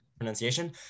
pronunciation